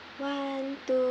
one two